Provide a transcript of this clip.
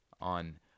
on